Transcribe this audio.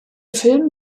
film